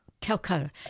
Calcutta